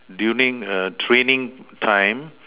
during err training time